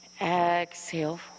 exhale